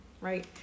right